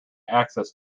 access